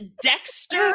Dexter